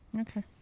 Okay